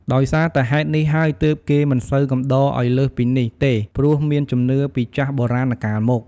ដោយសារតែហេតុនេះហើយទើប គេមិនសូវកំដរឱ្យលើសពីនេះទេព្រោះមានជំនឿពីចាស់បុរាណកាលមក។